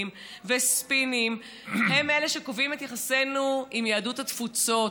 וספינים הם שקובעים את יחסינו עם יהדות התפוצות.